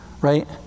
right